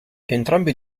entrambi